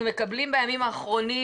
אנחנו מקבלים בימים האחרונים